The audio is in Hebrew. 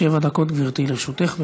שבע דקות, גברתי, לרשותך.